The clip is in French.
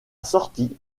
sortie